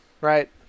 Right